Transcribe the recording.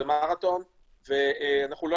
הוא מרתון,